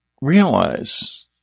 realize